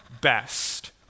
best